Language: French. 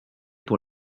pour